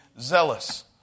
zealous